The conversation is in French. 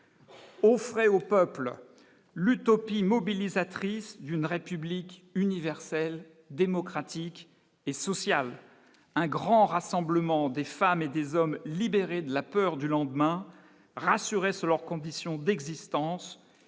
offrait au peuple l'utopie mobilisatrice d'une république universelle, démocratique et sociale, un grand rassemblement des femmes et des hommes libérés de la peur du lendemain, rassurés sur leurs conditions d'existence